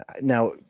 now